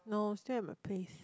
no still at my place